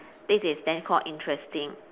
this is then called interesting